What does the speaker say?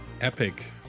Epic